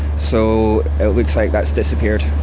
so it looks like that's disappeared.